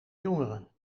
jongeren